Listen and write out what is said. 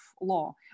law